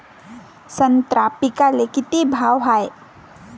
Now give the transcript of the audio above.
संत्रा पिकाले किती भाव हाये?